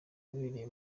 yabereye